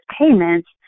payments